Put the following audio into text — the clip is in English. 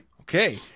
Okay